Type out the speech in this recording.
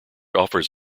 offers